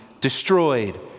destroyed